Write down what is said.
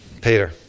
Peter